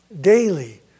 daily